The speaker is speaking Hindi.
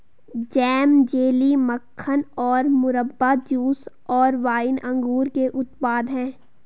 जैम, जेली, मक्खन और मुरब्बा, जूस और वाइन अंगूर के उत्पाद हैं